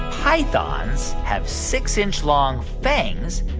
pythons have six inch long fangs,